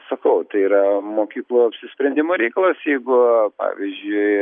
sakau tai yra mokyklų apsisprendimo reikalas jeigu pavyzdžiui